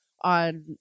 on